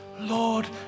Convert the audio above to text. Lord